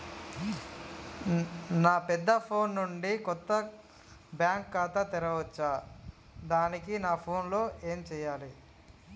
నా పెద్ద ఫోన్ నుండి కొత్త బ్యాంక్ ఖాతా తెరవచ్చా? దానికి నా ఫోన్ లో ఏం చేయాలి?